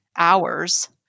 hours